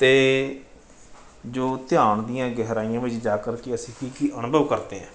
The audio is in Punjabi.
ਅਤੇ ਜੋ ਧਿਆਨ ਦੀਆਂ ਗਹਿਰਾਈਆਂ ਵਿੱਚ ਜਾ ਕਰ ਕੇ ਅਸੀਂ ਕੀ ਕੀ ਅਨੁਭਵ ਕਰਦੇ ਹਾਂ